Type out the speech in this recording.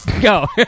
Go